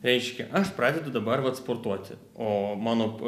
reiškia aš pradedu dabar vat sportuoti o mano